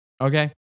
okay